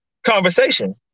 Conversation